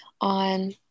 on